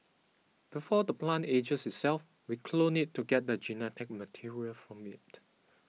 before the plant ages itself we clone it to get the genetic material from it